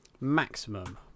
Maximum